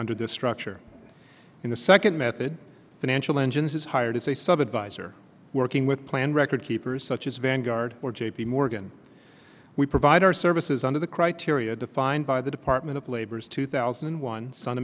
under the structure in the second method financial engines is hired as a sub advisor working with planned record keepers such as vanguard or j p morgan we provide our services under the criteria defined by the department of labor's two thousand and one s